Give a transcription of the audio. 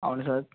అవును సార్